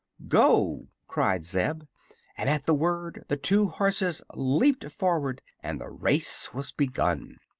go! cried zeb and at the word the two horses leaped forward and the race was begun.